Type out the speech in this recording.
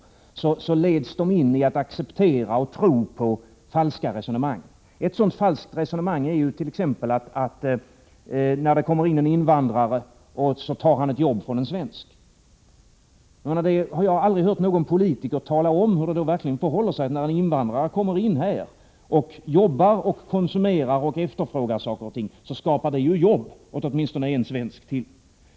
De leds därigenom till att acceptera och tro på falska resonemang. Ett sådant falskt resonemang är att när det kommer in en invandrare, så tar han ett jobb från en svensk. Jag har aldrig hört någon politiker tala om hur det verkligen förhåller sig: När en invandrare kommer hit, jobbar, konsumerar och efterfrågar saker och ting, så skapar det ju jobb åt åtminstone en svensk.